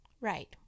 Right